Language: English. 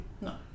No